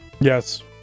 Yes